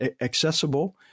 accessible